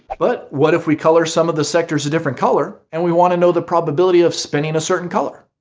but what if we color some of the sectors a different color and we want to know the probability of spinning a certain color?